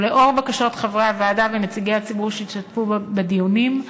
לאור בקשות חברי הוועדה ונציגי הציבור שהשתתפו בדיונים,